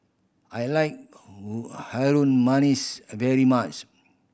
I like Harum Manis very much